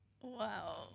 wow